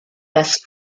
das